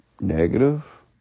negative